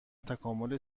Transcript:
تکامل